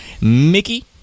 Mickey